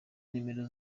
nimero